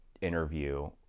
interview